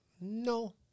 No